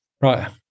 right